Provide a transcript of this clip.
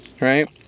right